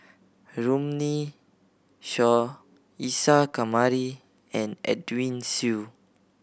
Runme Shaw Isa Kamari and Edwin Siew